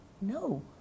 No